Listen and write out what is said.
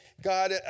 God